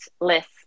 list